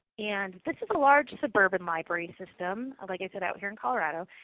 and this is a large suburban library system, like i said out here in colorado,